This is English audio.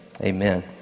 amen